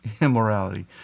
immorality